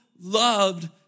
loved